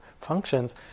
functions